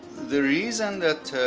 the reason that